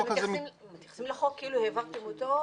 אתם מתייחסים לחוק כאילו העברתם אותו,